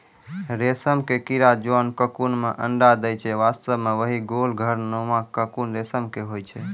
रेशम के कीड़ा जोन ककून मॅ अंडा दै छै वास्तव म वही गोल घर नुमा ककून रेशम के होय छै